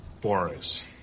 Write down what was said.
Boris